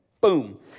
Boom